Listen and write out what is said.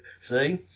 See